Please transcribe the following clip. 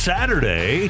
Saturday